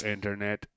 Internet